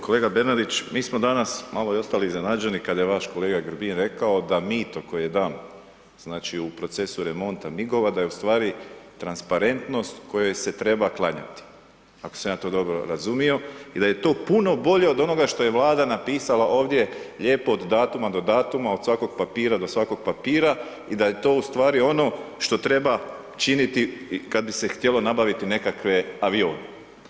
Kolega Bernardić, mi smo danas malo i ostali iznenađeni kada je vaš kolega Grbin rekao da mito koje je dano znači u procesu remonta migova da je ustvari transparentnost kojoj se treba klanjati, ako sam ja to dobro razumio i da je to puno bolje od onoga što je Vlada napisala ovdje lijepo od datuma do datuma, od svakog papira do svakog papira i da je to ustvari ono što treba činiti kada bi se htjelo nabaviti nekakve avione.